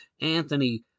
Anthony